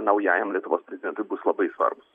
naujajam lietuvos prezidentui bus labai svarbūs